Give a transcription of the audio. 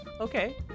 okay